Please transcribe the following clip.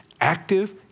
active